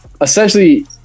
essentially